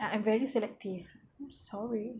I am very selective sorry